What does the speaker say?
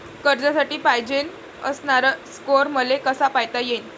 कर्जासाठी पायजेन असणारा स्कोर मले कसा पायता येईन?